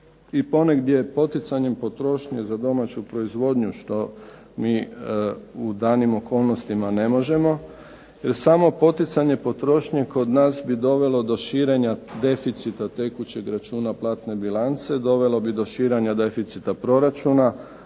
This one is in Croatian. i ponegdje poticanjem potrošnje za domaću proizvodnju, što mi u danim okolnostima ne možemo. Samo poticanje potrošnje kod nas bi dovelo do širenja deficita tekućeg računa platne bilance, dovelo bi do širenja deficita proračuna,